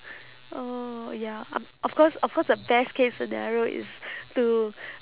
oh ya of of course of course the best case scenario is to